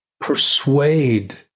persuade